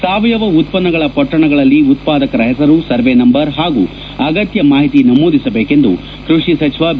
ಸಾವಯವ ಉತ್ಪನ್ನಗಳ ಪೊಟ್ಟಣಗಳಲ್ಲಿ ಉತ್ಪಾದಕರ ಹೆಸರು ಸರ್ವೇ ನಂಬರ್ ಹಾಗೂ ಅಗತ್ಯ ಮಾಹಿತಿ ನಮೂದಿಸಬೇಕೆಂದು ಕೃಷಿ ಸಚಿವ ಬಿ